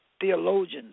theologians